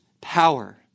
power